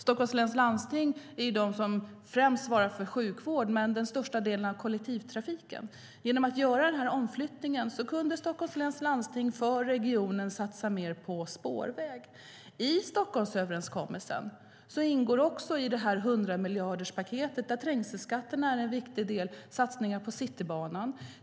Stockholms läns landsting svarar främst för sjukvård och den största delen av kollektivtrafiken. Genom att göra omflyttningen kunde Stockholms läns landsting satsa mer på spårväg i regionen. I Stockholmsöverenskommelsen ingår också i 100-miljarderspaketet, där trängselskatten är en viktig del, satsningar på Citybanan.